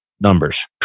numbers